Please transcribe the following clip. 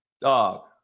Dog